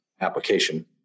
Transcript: application